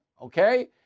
okay